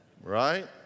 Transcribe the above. right